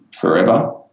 forever